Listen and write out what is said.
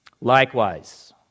Likewise